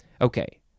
Okay